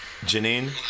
Janine